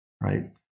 right